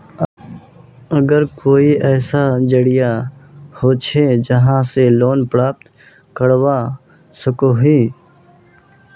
आर कोई ऐसा जरिया होचे जहा से लोन प्राप्त करवा सकोहो ही?